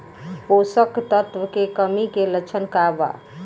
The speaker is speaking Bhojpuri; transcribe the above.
पोषक तत्व के कमी के लक्षण का वा?